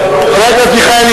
חבר הכנסת מיכאלי,